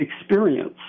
experience